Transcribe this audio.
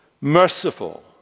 merciful